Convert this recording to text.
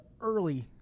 early